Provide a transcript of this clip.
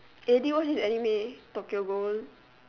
eh did you watch this anime Tokyo-Ghoul